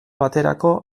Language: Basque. baterako